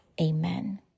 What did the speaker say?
amen